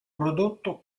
prodotto